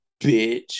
Bitch